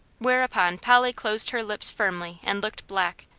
whereupon polly closed her lips firmly and looked black,